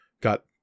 got